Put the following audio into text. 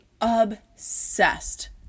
obsessed